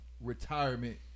retirement